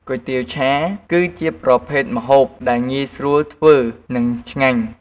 គុយទាវឆា គឺជាប្រភេទម្ហូបដែលងាយស្រួលធ្វើ និងឆ្ងាញ់។